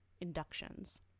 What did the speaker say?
inductions